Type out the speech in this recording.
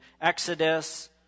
Exodus